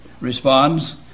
responds